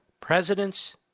President's